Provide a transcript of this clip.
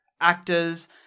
actors